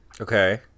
okay